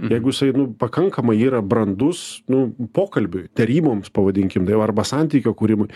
jeigu jisai nu pakankamai yra brandus nu pokalbiui deryboms pavadinkim taip arba santykio kūrimui